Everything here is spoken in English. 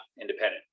independent